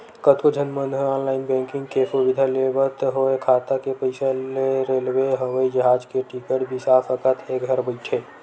कतको झन मन ह ऑनलाईन बैंकिंग के सुबिधा लेवत होय खाता के पइसा ले रेलवे, हवई जहाज के टिकट बिसा सकत हे घर बइठे